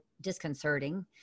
disconcerting